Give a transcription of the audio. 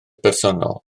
bersonol